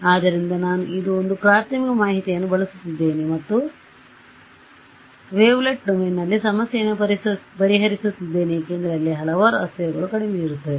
ಆದ್ದರಿಂದ ನಾನು ಇದು ಒಂದು ಪ್ರಾರ್ಥಮಿಕ ಮಾಹಿತಿಯನ್ನು ಬಳಸುತ್ತಿದ್ದೇನೆ ಮತ್ತು ವೇವ್ಲೆಟ್ ಡೊಮೇನ್ನಲ್ಲಿನ ಸಮಸ್ಯೆಯನ್ನು ಪರಿಹರಿಸುತ್ತಿದ್ದೇನೆ ಏಕೆಂದರೆ ಅಲ್ಲಿ ಹಲವಾರು ಅಸ್ಥಿರಗಳು ಕಡಿಮೆ ಇರುತ್ತವೆ